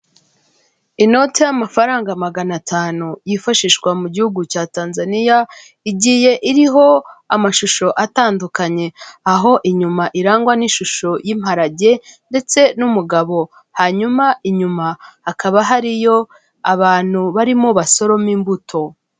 Inoti y'amafaranga magana atanu yifashishwa mu gihugu cya Tanzania, igiye iriho amashusho atandukanye, aho inyuma irangwa n'ishusho y'imparage ndetse n'umugabo hanyuma inyuma hakaba hariyo abantu barimo basoroma imbuto.